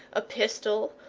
a pistol,